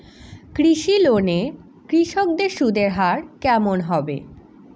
কৃষি লোন এ কৃষকদের সুদের হার কেমন হবে?